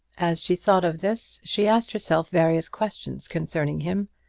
as she thought of this she asked herself various questions concerning him,